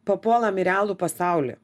papuolam į realų pasaulį